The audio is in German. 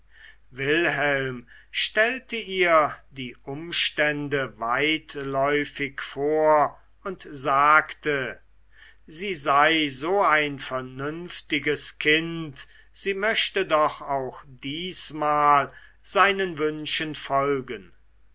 wilhelm stellte ihr die umstände weitläufig vor und sagte sie sei so ein vernünftiges kind sie möchte doch auch diesmal seinen wünschen folgen